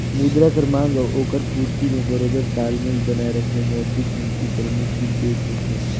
मुद्रा कर मांग अउ ओकर पूरती में बरोबेर तालमेल बनाए रखना मौद्रिक नीति परमुख उद्देस होथे